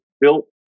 built